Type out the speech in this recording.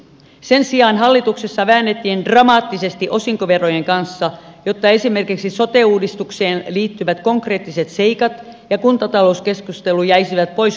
sen sijaan hallituksessa väännettiin dramaattisesti osinkoverojen kanssa jotta esimerkiksi sote uudistukseen liittyvät konkreettiset seikat ja kuntatalouskeskustelu jäisivät pois lööpeistä